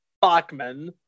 Bachman